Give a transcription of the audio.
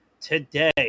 today